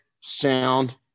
sound